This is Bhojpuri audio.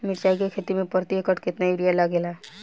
मिरचाई के खेती मे प्रति एकड़ केतना यूरिया लागे ला?